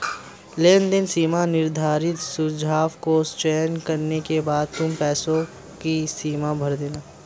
लेनदेन सीमा निर्धारित सुझाव को चयन करने के बाद तुम पैसों की सीमा भर देना